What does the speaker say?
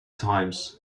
times